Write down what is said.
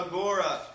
Agora